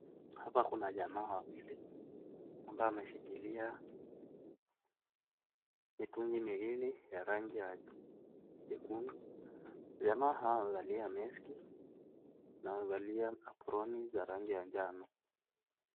Hapa kuna jamaa wawili ambao wameshikilia mitungi miwili ya rangi jekundu. Jamaa hawa wamevalia maski na wamevalia aproni za rangi ya manjano.